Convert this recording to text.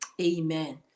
amen